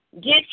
get